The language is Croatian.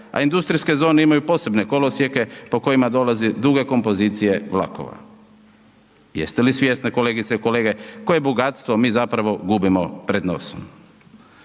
a industrijske zone imaju posebne kolosijeke, po kojima dolazi duge kompozicije vlakova. Jeste li svjesni kolegice i kolege, koje bogatstvo mi zapravo gubio pred nosom,